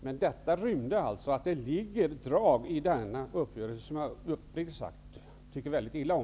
Men det finns ett drag i regeringens och socialdemokraternas uppgörelse som jag uppriktigt sagt tycker väldigt illa om.